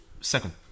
second